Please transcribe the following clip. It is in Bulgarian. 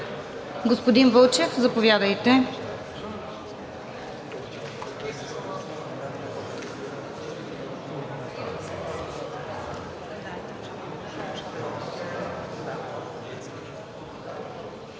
Господин Вълчев, заповядайте.